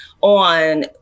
on